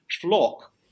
flock